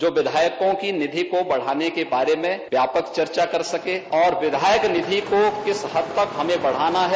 जो विधायकों की निधि को बढ़ाने के बारे में व्यापक चर्चा कर सके और विधायक निधि को किस हद तक हमें बढ़ाना है